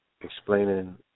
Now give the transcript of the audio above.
explaining